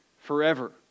forever